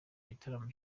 gitaramo